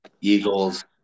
Eagles